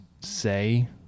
say